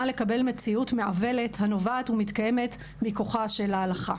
לקבל מציאות מעוולת הנובעת ומתקיימת מכוחה של ההלכה.